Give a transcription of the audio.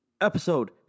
Episode